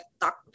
talk